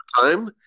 time